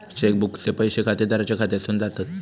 check बुकचे पैशे खातेदाराच्या खात्यासून जातत